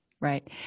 right